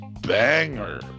banger